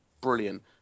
brilliant